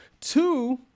two